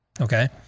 Okay